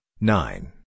nine